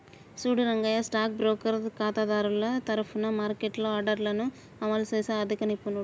చూడు Rangaiah stock broker ఖాతాదారుల తరఫున మార్కెట్లో ఆర్డర్లను అమలు చేసే ఆర్థిక నిపుణుడు